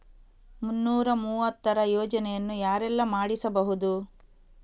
ಮುನ್ನೂರ ಮೂವತ್ತರ ಯೋಜನೆಯನ್ನು ಯಾರೆಲ್ಲ ಮಾಡಿಸಬಹುದು?